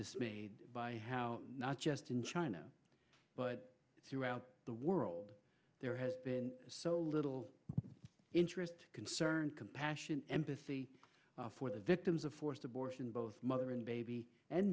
dismayed by how not just in china but throughout the world there has been so little interest concern compassion empathy for the victims of forced abortion both mother and baby and